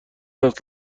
است